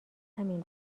همین